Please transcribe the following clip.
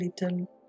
little